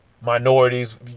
minorities